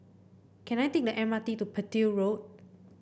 can I take the M R T to Petir Road